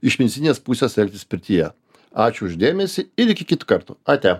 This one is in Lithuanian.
iš medicininės pusės elgtis pirtyje ačiū už dėmesį ir iki kitų kartų ate